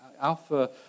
Alpha